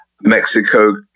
Mexico